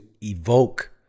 evoke